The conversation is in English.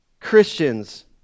Christians